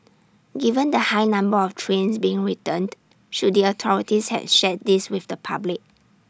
given the high number of trains being returned should the authorities have shared this with the public